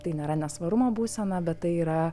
tai nėra nesvarumo būsena bet tai yra